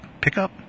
pickup